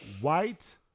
white